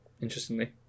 interestingly